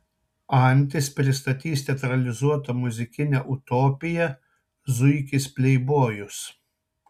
antis pristatys teatralizuotą muzikinę utopiją zuikis pleibojus